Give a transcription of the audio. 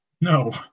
No